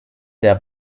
der